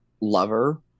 lover